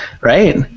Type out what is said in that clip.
right